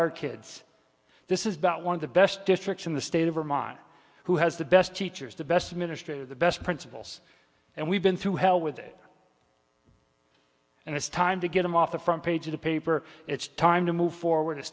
our kids this is about one of the best districts in the state of vermont who has the best teachers the best administrator the best principals and we've been through hell with it and it's time to get them off the front page of the paper it's time to move forward it's